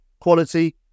quality